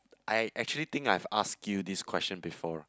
I actually think I've asked you this question before